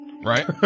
Right